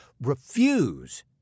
refuse